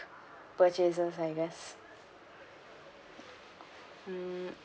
purchases I guess